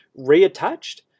reattached